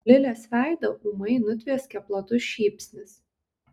lilės veidą ūmai nutvieskė platus šypsnys